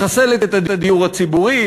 מחסלת את הדיור הציבורי,